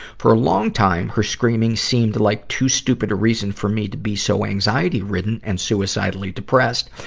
for a long time, her screaming seemed like too stupid a reason for me to be so anxiety-ridden and suicidally depressed.